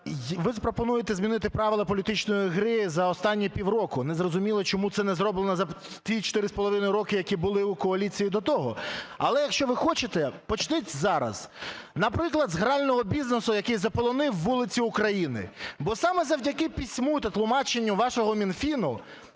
ви пропонуєте змінити правила політичної гри за останні півроку. Не зрозуміло, чому це не зроблено за ці 4,5 роки, які були у коаліції до того. Але якщо ви хочете – почніть зараз, наприклад, з грального бізнесу, який заполонив вулиці України. Бо саме завдяки письму та тлумаченню вашого Мінфіну